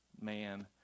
man